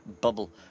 bubble